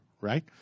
Right